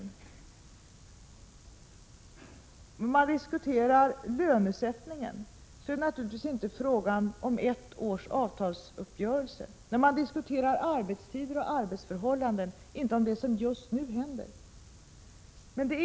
När man diskuterar lönesättningen är det naturligtvis inte fråga om ett enda års avtalsuppgörelse, när man diskuterar arbetstider och arbetsförhållanden inte fråga om det som 37 just nu händer.